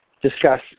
discuss